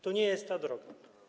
To nie jest ta droga.